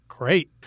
Great